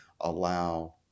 allow